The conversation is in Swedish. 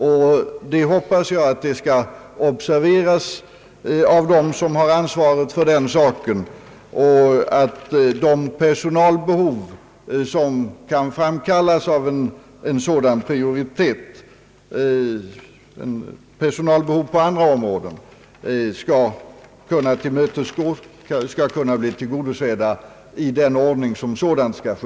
Jag hoppas att detta skall observeras av dem som har ansvaret för denna sak och att de personalbehov på andra områden som kan uppstå på grund av en sådan prioritering skall kunna bli tillgodosedda i vederbörlig ordning.